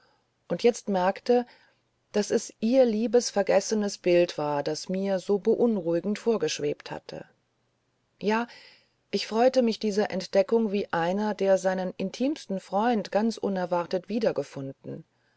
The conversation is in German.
und jetzt merkte daß es ihr liebes vergessenes bild war was mir so beunruhigend vorgeschwebt hatte ja ich freute mich dieser entdeckung wie einer der seinen intimsten freund ganz unerwartet wiedergefunden